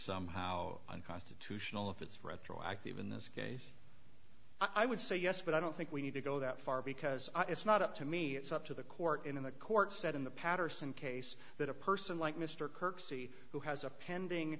somehow unconstitutional if it's retroactive in this case i would say yes but i don't think we need to go that far because it's not up to me it's up to the court in the court said in the patterson case that a person like mr kirk see who has a pending